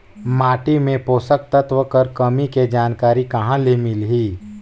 माटी मे पोषक तत्व कर कमी के जानकारी कहां ले मिलही?